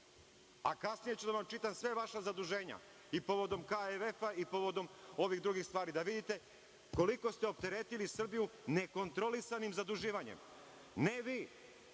Kasnije ću vam čitati sva vaša zaduženja. I povodom KVF i povodom ovih drugih stvari, da vidite koliko ste opteretili Srbiju, nekontrolisanim zaduživanjem. Ne vi